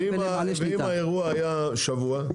ואם האירוע היה שבוע,